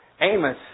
Amos